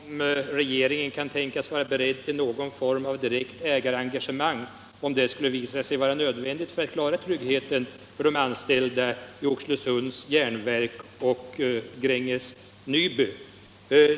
Herr talman! Jag är mycket tacksam för statsrådet Åslings reservationslösa ja på min fråga om regeringen kan tänkas vara beredd till någon form av direkt ägarengagemang, om det skulle visa sig nödvändigt för att klara tryggheten för de anställda vid Oxelösunds Järnverk och Gränges Nyby.